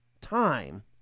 time